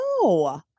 No